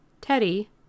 Teddy